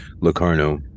Locarno